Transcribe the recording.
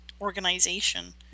organization